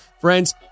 Friends